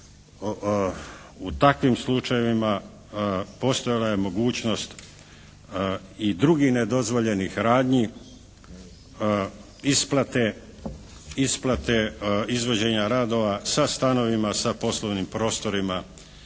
u takvim slučajevima postojala je mogućnost i drugih nedozvoljenih radnji isplate, isplate izvođenja radova sa stanovima, sa poslovnim prostorima